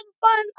fun